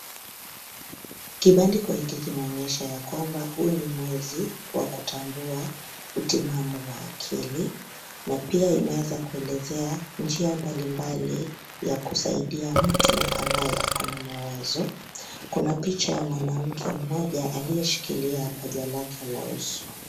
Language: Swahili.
Kibandiko hiki kinaonyesha ya kwamba huu ni mwezi wa kutambua utimamu wa akili na pia imeweza kueleza majina mbalimbali ya kusaidia mtu ambaye ako na mawazo. Kuna picha ya mwanamke mmoja aliyeshikilia paji lake la uso.